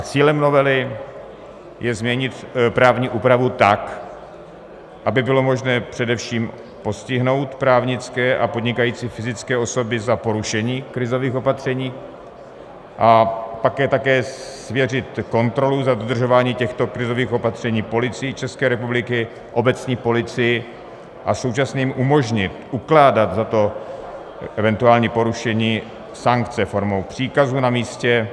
Cílem novely je změnit právní úpravu tak, aby bylo možné především postihnout právnické a podnikající fyzické osoby za porušení krizových opatření, pak také svěřit kontrolu za dodržování těchto krizových opatření Policii ČR, obecní policii a současně jim umožnit ukládat za eventuální porušení sankce formou příkazů na místě.